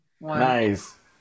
nice